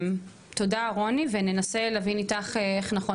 תודה, רוני, וננסה להבין איתך איך נכון.